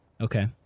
Okay